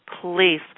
please